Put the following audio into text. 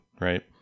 right